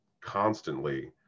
constantly